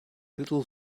little